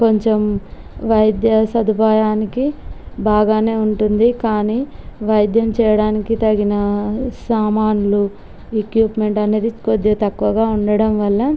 కొంచెం వైద్య సదుపాయానికి బాగానే ఉంటుంది కానీ వైద్యం చేయడానికి తగిన సామాన్లు ఎక్విప్మెంట్ అనేది కొద్దిగా తక్కువగా ఉండడం వల్ల